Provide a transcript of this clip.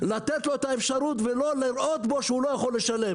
לתת לו את האפשרות ולא לראות בו שהוא לא יכול לשלם.